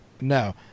No